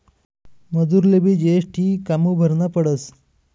मजुरलेबी जी.एस.टी कामु भरना पडस?